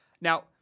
Now